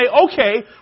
okay